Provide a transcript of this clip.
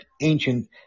ancient